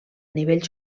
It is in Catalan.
nivell